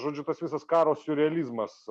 žodžiu tas visas karo siurrealizmas